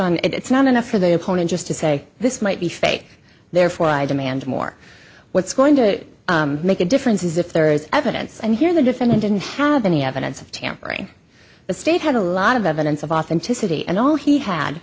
on it's not enough for the opponent just to say this might be fake therefore i demand more what's going to make a difference is if there is evidence and here the defendant didn't have any evidence of tampering the state had a lot of evidence of authenticity and all he had